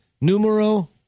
numero